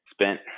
spent